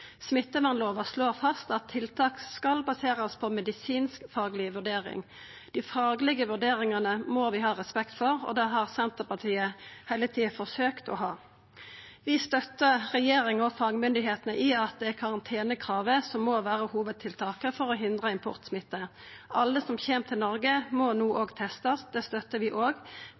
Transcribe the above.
slår fast at tiltak skal baserast på medisinskfagleg vurdering. Dei faglege vurderingane må vi ha respekt for, og det har Senterpartiet heile tida forsøkt å ha. Vi støttar regjeringa og fagmyndigheitene i at det er karantenekravet som må vera hovudtiltaket for å hindra importsmitte. Alle som kjem til Noreg, må no testast; det støttar vi òg. Testar kan vera falskt negative, og